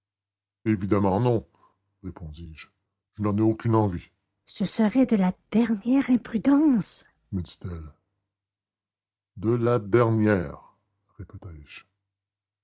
évidemment non répondis-je je n'en ai aucune envie ce serait de la dernière imprudence me dit-elle de la dernière répétai-je